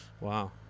wow